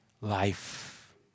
life